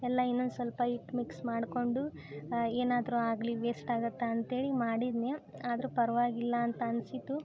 ಎಲ್ಲ ಇನ್ನೊಂದು ಸ್ವಲ್ಪ ಹಿಟ್ ಮಿಕ್ಸ್ ಮಾಡಿಕೊಂಡು ಏನಾದರೂ ಆಗಲಿ ವೇಸ್ಟ್ ಆಗತ್ತೆ ಅಂತೇಳಿ ಮಾಡಿದ್ನ್ಯೆ ಆದರೂ ಪರ್ವಾಗಿಲ್ಲ ಅಂತ ಅನಿಸಿತು